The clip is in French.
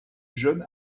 jeune